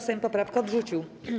Sejm poprawkę odrzucił.